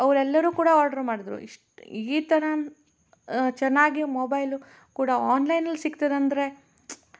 ಅವರೆಲ್ಲರು ಕೂಡ ಆರ್ಡ್ರ್ ಮಾಡಿದ್ರು ಇಷ್ಟು ಈ ಥರ ಚೆನ್ನಾಗಿ ಮೊಬೈಲು ಕೂಡ ಆನ್ಲೈನಲ್ಲಿ ಸಿಕ್ತದೆ ಅಂದರೆ